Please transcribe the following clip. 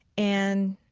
and